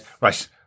Right